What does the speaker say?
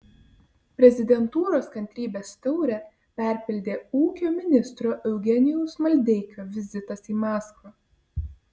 prezidentūros kantrybės taurę perpildė ūkio ministro eugenijaus maldeikio vizitas į maskvą